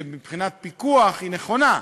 שמבחינת פיקוח היא נכונה,